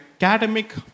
academic